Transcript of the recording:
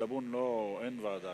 בעילבון אין ועדה